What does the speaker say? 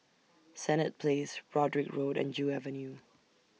Senett Place Broadrick Road and Joo Avenue